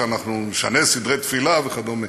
שאנחנו נשנה סדרי תפילה וכדומה,